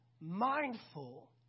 mindful